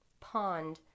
pond